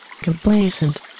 Complacent